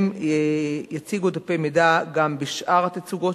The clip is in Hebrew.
יציגו דפי מידע גם בשאר התצוגות,